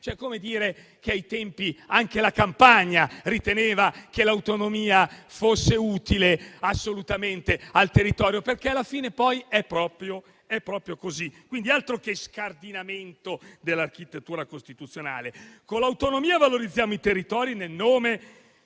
come a dire che ai tempi anche la Campania riteneva che l'autonomia fosse assolutamente utile al territorio, perché alla fine è proprio così. Altro che scardinamento dell'architettura costituzionale. Con l'autonomia valorizziamo i territori nel nome